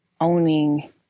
owning